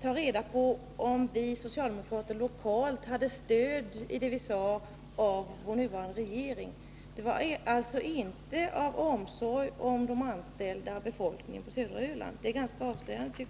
ta reda på om vi socialdemokrater i Kalmar län hade stöd av vår nuvarande regering för vad vi sade. Motivet var inte omsorg om de anställda på södra Öland. Det tycker jag är ganska avslöjande.